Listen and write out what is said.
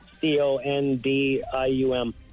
C-O-N-D-I-U-M